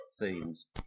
themes